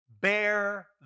bear